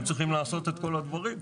הם צריכים לעשות את כל הדברים.